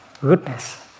goodness